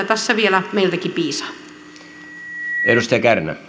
tässä vielä meiltäkin piisaa